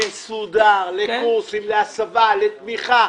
מסודר לקורסים, להסבה, לתמיכה?